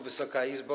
Wysoka Izbo!